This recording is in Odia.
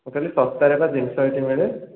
ମୁଁ କହିଲି ଶସ୍ତାରେ ପା ଜିନିଷ ଏଇଠି ମିଳେ